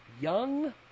Young